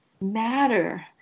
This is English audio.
matter